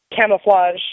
camouflage